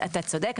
אתה צודק,